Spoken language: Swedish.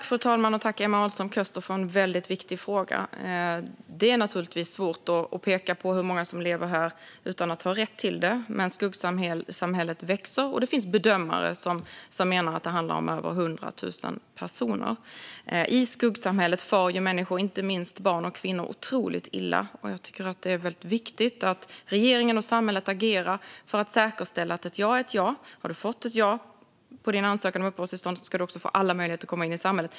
Fru talman! Tack, Emma Ahlström Köster, för en väldigt viktig fråga! Det är svårt att peka på hur många som lever här utan att ha rätt till det. Men skuggsamhället växer, och det finns bedömare som menar att det handlar om över 100 000 personer. I skuggsamhället far människor, inte minst barn och kvinnor, otroligt illa. Det är viktigt att regeringen och samhället agerar för att säkerställa att ett ja betyder ett ja. Har man fått ett ja på sin ansökan om uppehållstillstånd ska man också få alla möjligheter att komma in i samhället.